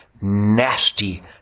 nasty